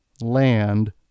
land